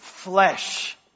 Flesh